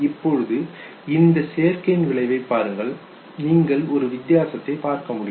இப்பொழுது இந்த சேர்க்கையின் விளைவைப் பாருங்கள் நீங்கள் ஒரு வித்தியாசத்தை பார்க்க முடியும்